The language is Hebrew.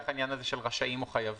על העניין הזה של רשאים או חייבים,